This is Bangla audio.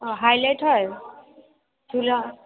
ও হাইলাইট হয় চুলে